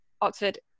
Oxford